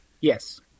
Yes